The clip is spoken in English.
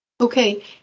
Okay